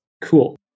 Cool